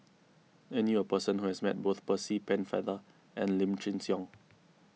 I knew a person who has met both Percy Pennefather and Lim Chin Siong